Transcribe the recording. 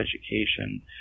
Education